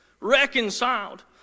Reconciled